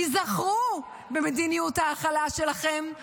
תיזכרו במדיניות ההכלה שלכם.